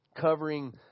Covering